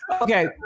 Okay